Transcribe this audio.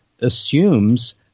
assumes